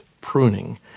pruning